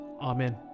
Amen